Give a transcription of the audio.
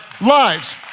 lives